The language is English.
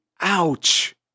Ouch